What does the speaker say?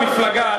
המפלגה,